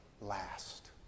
last